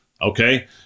Okay